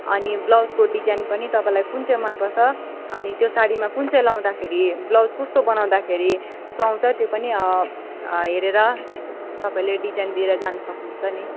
अनि ब्लाउजको डिजाइन पनि तपाईँलाई कुन चाहिँ मनपर्छ अनि त्यो साडीमा कुन चाहिँ लगाउँदाखेरि ब्लाउज कस्तो बनाउँदाखेरि सुहाउँछ त्यो पनि हेरेर तपाईँले डिजाइन दिएर जानु सक्नुहुन्छ नि